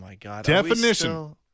definition